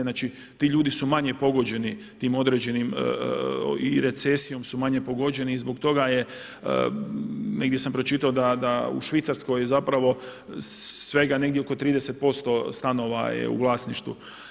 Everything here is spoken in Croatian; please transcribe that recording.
Znači, ti ljudi su manje pogođeni tim određenim i recesijom su manje pogođeni i zbog toga je, negdje sam pročitao da u Švicarskoj zapravo svega negdje oko 30% stanova je u vlasništvu.